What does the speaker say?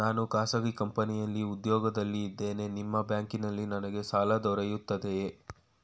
ನಾನು ಖಾಸಗಿ ಕಂಪನಿಯಲ್ಲಿ ಉದ್ಯೋಗದಲ್ಲಿ ಇದ್ದೇನೆ ನಿಮ್ಮ ಬ್ಯಾಂಕಿನಲ್ಲಿ ನನಗೆ ಸಾಲ ದೊರೆಯುತ್ತದೆಯೇ?